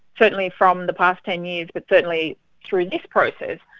certainly from the past ten years but certainly through this process,